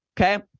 Okay